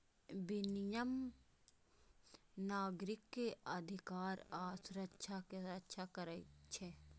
विनियम नागरिक अधिकार आ सुरक्षा के रक्षा करै छै